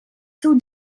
jsou